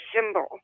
symbol